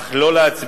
אך לא להצביע.